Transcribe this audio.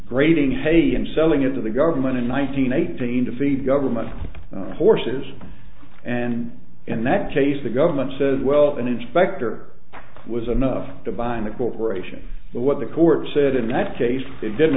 grading haiti and selling it to the government in one thousand and eighteen to feed government horses and in that case the government says well an inspector was enough to bind the corporation but what the court said in that case it didn't